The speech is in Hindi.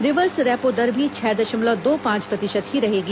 रिवर्स रेपो दर भी छह दशमलव दो पांच प्रतिशत ही रहेगी